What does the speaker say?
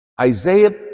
Isaiah